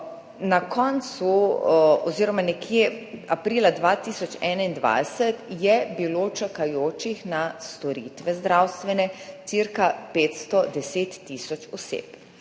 Na koncu oziroma nekje aprila 2021 je bilo čakajočih na zdravstvene storitve cirka 510 tisoč oseb.